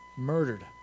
Murdered